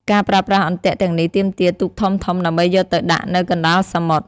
ការប្រើប្រាស់អន្ទាក់ទាំងនេះទាមទារទូកធំៗ ដើម្បីយកទៅដាក់នៅកណ្ដាលសមុទ្រ។